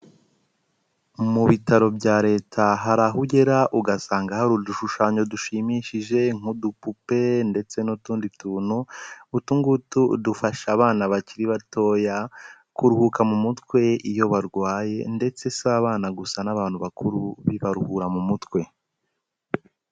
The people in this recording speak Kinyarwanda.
Mu bitaro bya leta hari aho ugera ugasanga hari udushushanyo dushimishije nk'udupupe, ndetse n'utundi tuntu, utungutu dufasha abana bakiri batoya kuruhuka mu mutwe iyo barwaye, ndetse si abana gusa, n'abantu bakuru bibaruhura mu mutwe.